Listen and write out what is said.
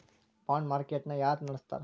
ಬಾಂಡ market ನ ಯಾರ ನಡಸ್ತಾರ?